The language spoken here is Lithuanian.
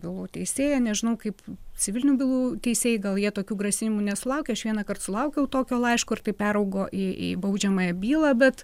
bylų teisėja nežinau kaip civilinių bylų teisėjai gal jie tokių grasinimų nesulaukė aš vienąkart sulaukiau tokio laiško ir tai peraugo į į baudžiamąją bylą bet